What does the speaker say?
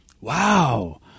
Wow